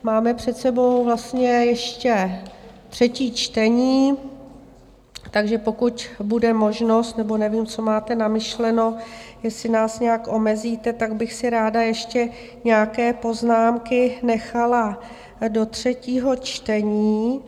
Máme před sebou vlastně ještě třetí čtení, takže pokud bude možnost, nebo nevím, co máte vymyšleno, jestli nás nějak omezíte, tak bych si ještě nějaké poznámky nechala do třetího čtení.